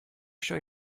show